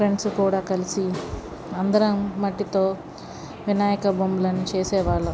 friends కూడా కలిసి అందరం మట్టితో వినాయక బొమ్మలని చేసేవాళ్ళం